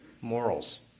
morals